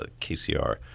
KCR